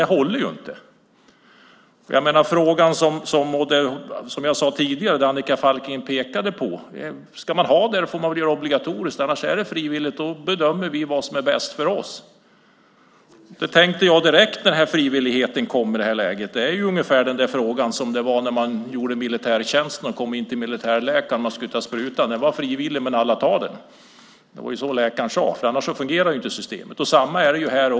Det håller inte. Jag nämnde tidigare det Annika Falkengren pekade på: Ska man ha det får man väl göra det obligatoriskt. Är det frivilligt bedömer vi vad som är bäst för oss. Det tänkte jag direkt när frivilligheten kom i det här läget. Det är ungefär som när man gjorde militärtjänsten, kom in till militärläkaren och skulle ta sprutan. Den var frivillig, men alla tar den. Det var så läkaren sade, för annars fungerar inte systemet. Samma är det här.